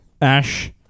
Ash